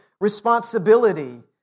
responsibility